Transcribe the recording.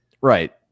Right